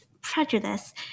prejudice